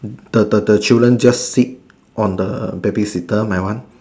the the the children just sit on the baby sitter my one